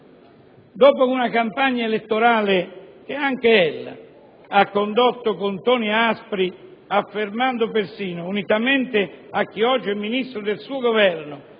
Dopo una campagna elettorale che anche ella ha condotto con toni aspri, affermando persino, unitamente a chi oggi è Ministro del suo Governo,